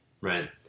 Right